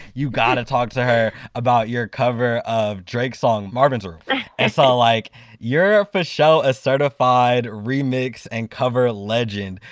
you gotta talk to her about her cover of drake's song marvin's room and so like you're ah fasho a certified remix and cover legend,